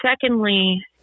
secondly